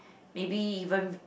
maybe even